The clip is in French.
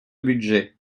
budget